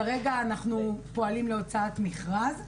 כרגע אנחנו פועלים להוצאת מכרז.